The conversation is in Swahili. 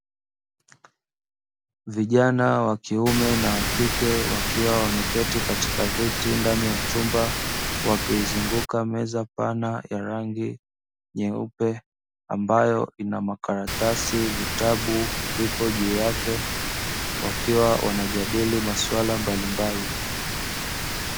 Vijana wa kiume na wa kike, wakiwa wameketi katika viti ndani ya chumba, wakiizunguka meza pana ya rangi nyeupe, ambayo ina makaratasi, vitabu vipo juu yake wakiwa wanajadili maswala mbalimbali.